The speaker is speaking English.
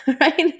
right